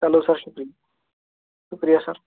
چلو سر شُکریہ شُکرِیہ سر